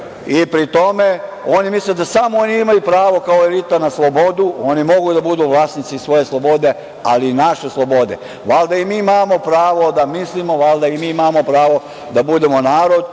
i pri tome oni misle da samo oni imaju pravo, kao elita, na slobodu, oni mogu da budu vlasnici svoje slobode, ali i naše slobode. Valjda i mi imamo pravo da mislimo, valjda i mi imamo pravo da budemo narod,